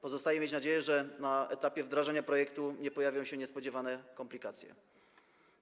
Pozostaje mieć nadzieję, że na etapie wdrażania projektu nie pojawią się niespodziewane komplikacje.